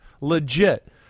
legit